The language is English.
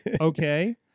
Okay